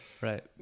right